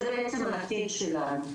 זה בעצם העתיד שלנו.